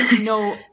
No